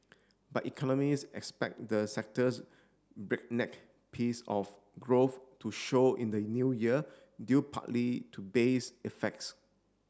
but economists expect the sector's breakneck pace of growth to show in the new year due partly to base effects